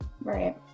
right